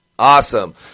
Awesome